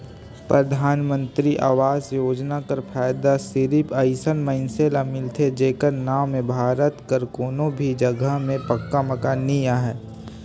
परधानमंतरी आवास योजना कर फएदा सिरिप अइसन मइनसे ल मिलथे जेकर नांव में भारत कर कोनो भी जगहा में पक्का मकान नी रहें